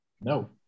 No